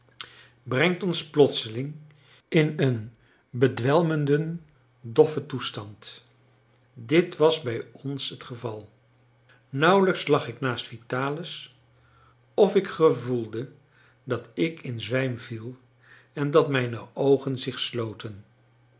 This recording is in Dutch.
brengt ons plotseling in een bedwelmenden doffen toestand dit was bij ons het geval nauwelijks lag ik naast vitalis of ik gevoelde dat ik in zwijm viel en dat mijne oogen zich sloten